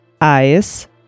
eyes